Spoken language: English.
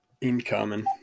Incoming